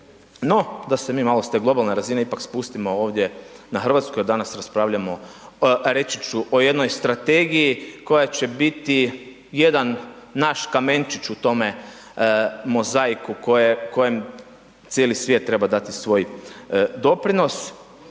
No, da se mi malo s te globalne razine ipak spustimo ovdje na Hrvatsku jer danas raspravljamo o, reći ću o jednoj Strategiji koja će biti jedan naš kamenčić u tome mozaiku koje, kojem cijeli svijet treba dati svoj doprinos.